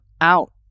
out